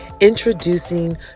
Introducing